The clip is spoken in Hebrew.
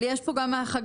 אבל יש פה גם החרגה,